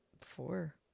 four